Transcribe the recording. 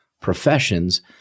professions